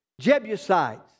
Jebusites